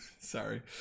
Sorry